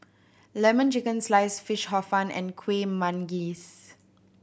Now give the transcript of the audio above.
Lemon Chicken Sliced Fish Hor Fun and Kuih Manggis